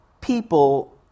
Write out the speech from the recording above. people